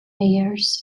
mayors